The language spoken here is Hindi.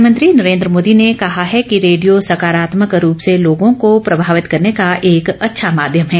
प्रधानमंत्री नरेंद्र मोदी ने कहा है कि रेडियो सकारात्मक रूप से लोगों को प्रभावित करने का एक अच्छा माध्यम है